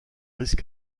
risquent